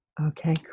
Okay